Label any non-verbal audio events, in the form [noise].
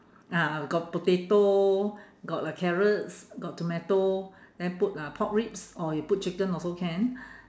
ah got potato got the carrots got tomato and then put uh pork ribs or you put chicken also can [breath]